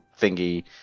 thingy